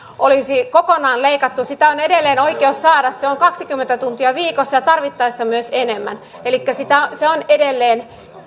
olisi kokonaan leikattu sitä on edelleen oikeus saada se on kaksikymmentä tuntia viikossa ja tarvittaessa myös enemmän elikkä se on edelleen